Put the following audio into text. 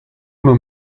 una